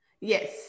Yes